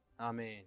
Amen